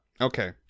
Okay